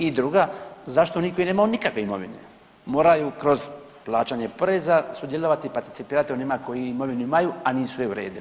I druga, zašto onaj koji nema nikakve imovine moraju kroz plaćanje poreza sudjelovati, participirati onima koji imovinu imaju, a nisu je uredili.